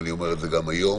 ואני אומר גם היום